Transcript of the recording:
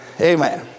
Amen